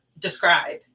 describe